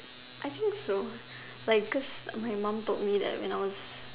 I think so like cause my mum told me that when I was